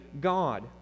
God